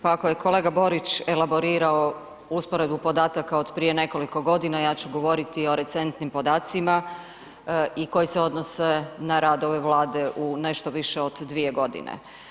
Pa ako je kolega Borić elaborirao usporedbu podataka od prije nekoliko godina, ja ću govoriti o recentnim podacima i koji se odnose na rad ove Vlade u nešto više od 2 godine.